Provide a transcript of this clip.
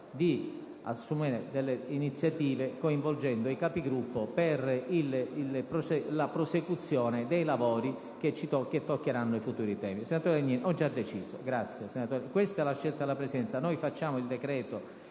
di assumere delle iniziative coinvolgendo i Capigruppo per la prosecuzione dei lavori che toccheranno i futuri temi.